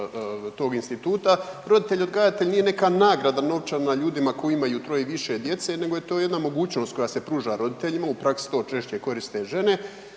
tog instituta roditelj odgajatelj nije neka nagrada novčana ljudima koji imaju troje i više djece, nego je to jedna mogućnost koja se pruža roditeljima, u praksi to češće koriste žene,